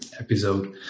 episode